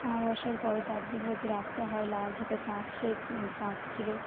অমাবস্যার পরে চাঁদ যে রাতটা হয় লাল থাকে চাঁদ সেই চাঁদ ছিল